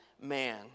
man